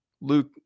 Luke